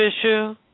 issue